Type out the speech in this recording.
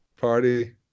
Party